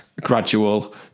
gradual